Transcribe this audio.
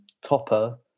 Topper